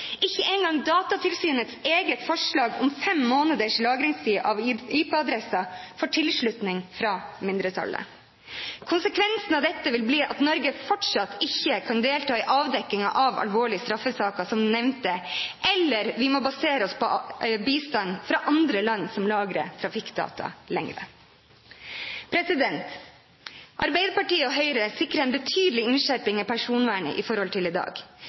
Ikke engang Datatilsynets eget forslag om fem måneders lagringstid av IP-adresser får tilslutning fra mindretallet. Konsekvensen av dette vil bli at Norge fortsatt ikke kan delta i avdekking av alvorlige straffesaker som den nevnte, eller vi må basere oss på bistand fra andre land som lagrer trafikkdata lenger. Arbeiderpartiet og Høyre sikrer en betydelig innskjerping av personvernet i forhold til i dag.